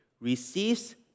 receives